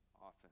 often